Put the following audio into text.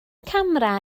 camera